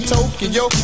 Tokyo